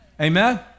Amen